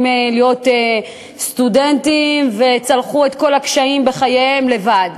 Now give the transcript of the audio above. להיות סטודנטים וצלחו את כל הקשיים בחייהם לבד.